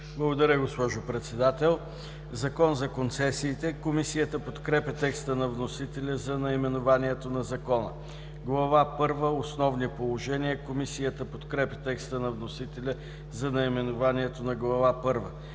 Благодаря, госпожо Председател. „Закон за концесиите“. Комисията подкрепя текста на вносителя за наименованието на Закона. „Глава първа – Основни положения“. Комисията подкрепя текста на вносителя за наименованието на Глава